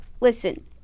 listen